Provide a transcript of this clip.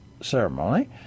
ceremony